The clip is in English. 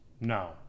No